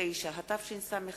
59), התשס"ט